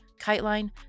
KiteLine